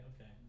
okay